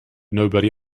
nobody